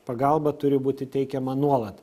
pagalba turi būti teikiama nuolat